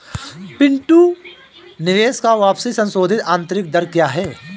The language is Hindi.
पिंटू निवेश का वापसी संशोधित आंतरिक दर क्या है?